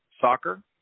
Soccer